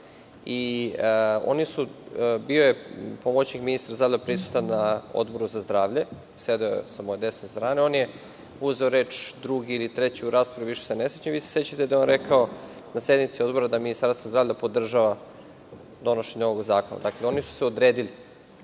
ovog akta. Bio je pomoćnik ministra prisutan na Odboru za zdravlje, sedeo je sa moje desne strane i on je uzeo reč drugi ili treći u raspravi, više se ne sećam. Sećate se da je on rekao na sednici Odbora da Ministarstvo zdravlja podržava donošenje ovog zakona. Dakle, oni su se odredili.